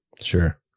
sure